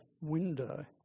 window